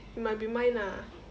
it might be mine ah